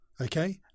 Okay